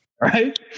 right